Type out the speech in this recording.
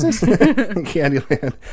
Candyland